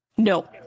No